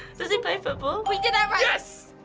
does he play football? we did that right. yes!